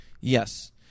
Yes